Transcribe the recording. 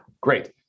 Great